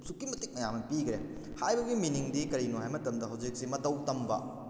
ꯑꯁꯨꯛꯀꯤ ꯃꯇꯤꯛ ꯃꯌꯥꯝ ꯄꯤꯈ꯭ꯔꯦ ꯍꯥꯏꯕꯒꯤ ꯃꯤꯅꯤꯡꯗꯤ ꯀꯔꯤꯅꯣ ꯍꯥꯏꯕ ꯃꯇꯝꯗ ꯍꯧꯖꯤꯛꯁꯦ ꯃꯇꯧ ꯇꯝꯕ